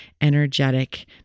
energetic